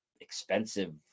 expensive